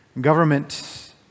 Government